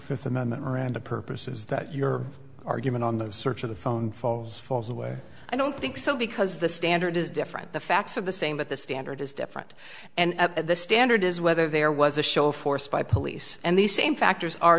fifth amendment right and the purposes that your argument on the search of the phone falls falls away i don't think so because the standard is different the facts of the same but the standard is different and the standard is whether there was a show of force by police and these same factors are